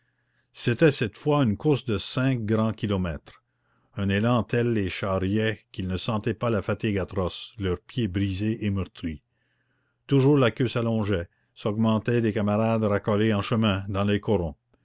c'était cette fois une course de cinq grands kilomètres un élan tel les charriait qu'ils ne sentaient pas la fatigue atroce leurs pieds brisés et meurtris toujours la queue s'allongeait s'augmentait des camarades racolés en chemin dans les corons